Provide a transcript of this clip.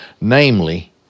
namely